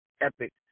epic